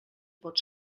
pot